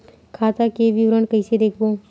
खाता के विवरण कइसे देखबो?